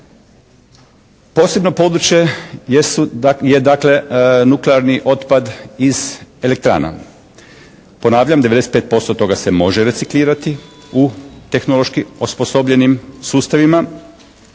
Posebno područje je dakle nuklearni otpad iz elektrana. Ponavljam, 90% toga se može reciklirati u tehnološki osposobljenim sustavima.